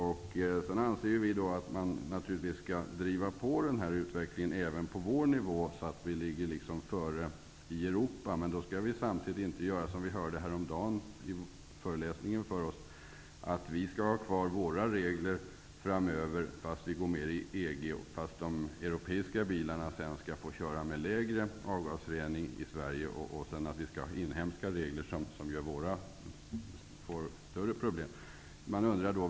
Ny demokrati anser att vi skall driva på utvecklingen även på vår nivå, så att vi ligger före i Europa. Men vi skall inte göra såsom vi vid en föreläsning häromdagen fick höra att man avser, dvs. att vi har kvar våra regler när vi framöver går med i EG, medan de europeiska bilarna får köra med lägre avgasreningsgrad i Sverige. De inhemska avgasreglerna skulle göra att vi får större problem.